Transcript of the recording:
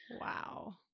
Wow